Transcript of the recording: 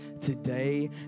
today